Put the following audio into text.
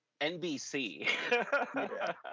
nbc